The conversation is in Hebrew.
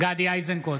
גדי איזנקוט,